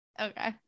Okay